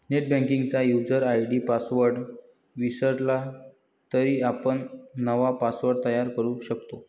नेटबँकिंगचा user ID password विसरला तरी आपण नवा पासवर्ड तयार करू शकतो